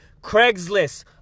Craigslist